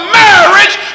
marriage